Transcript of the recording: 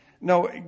No